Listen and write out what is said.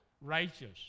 righteous